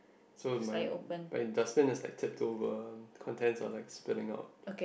so my my dustbin is like tipped over contents are like spilling out